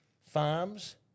farms